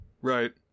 Right